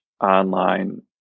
online